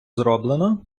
зроблено